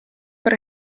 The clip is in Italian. per